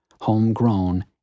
homegrown